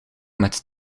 met